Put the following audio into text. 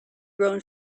grown